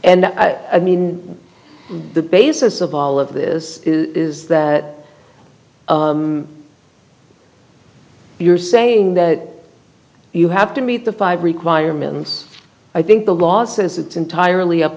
and i mean the basis of all of this is that you're saying that you have to meet the five requirements i think the law says it's entirely up